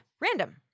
random